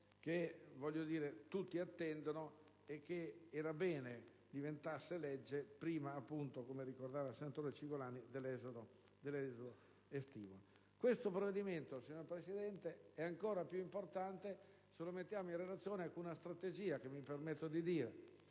che tutti attendono e che era bene diventasse legge, come ha ricordato il relatore Cicolani, prima dell'esodo estivo. Questo provvedimento, signor Presidente, è ancor più importante se lo mettiamo in relazione con una strategia che, mi permetto di dire